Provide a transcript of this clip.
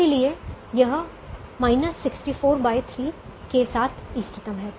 इसलिए यह 643 के साथ इष्टतम है